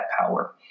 power